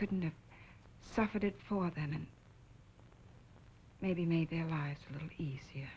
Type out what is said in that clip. couldn't have suffered for them and maybe made their lives a little easier